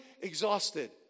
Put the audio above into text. exhausted